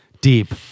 deep